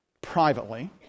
privately